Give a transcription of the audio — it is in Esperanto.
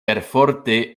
perforte